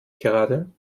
gerade